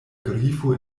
grifo